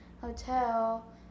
hotel